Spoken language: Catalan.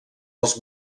els